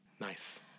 Nice